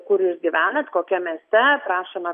kur jūs gyvenat kokiam mieste prašome